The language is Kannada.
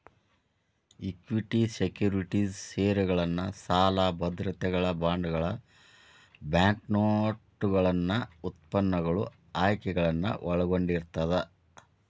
ಇಕ್ವಿಟಿ ಸೆಕ್ಯುರಿಟೇಸ್ ಷೇರುಗಳನ್ನ ಸಾಲ ಭದ್ರತೆಗಳ ಬಾಂಡ್ಗಳ ಬ್ಯಾಂಕ್ನೋಟುಗಳನ್ನ ಉತ್ಪನ್ನಗಳು ಆಯ್ಕೆಗಳನ್ನ ಒಳಗೊಂಡಿರ್ತದ